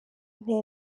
nte